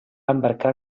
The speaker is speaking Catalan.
embarcar